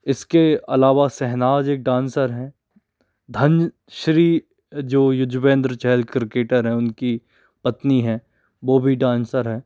इसके अलावा शाहनाज़ एक डांसर हैं धनश्री जो युज़वेंद्र चहल क्रिकेटर हैं उनकी पत्नी हैं वो भी डांसर हैं